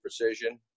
Precision